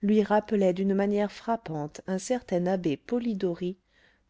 lui rappelaient d'une manière frappante un certain abbé polidori